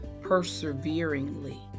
perseveringly